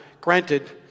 granted